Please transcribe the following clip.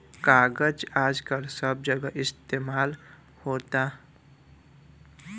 कागज आजकल सब जगह इस्तमाल होता